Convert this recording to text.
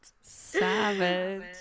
Savage